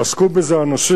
עסקו בזה אנשים